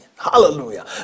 Hallelujah